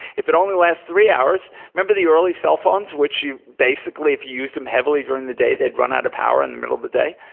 if it only lasts three hours, remember the early cellphones, which you basically if you use them heavily during the day, they'd run out of power in the middle of the day?